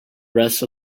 rest